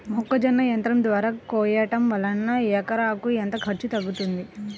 మొక్కజొన్న యంత్రం ద్వారా కోయటం వలన ఎకరాకు ఎంత ఖర్చు తగ్గుతుంది?